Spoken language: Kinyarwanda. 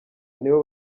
nibo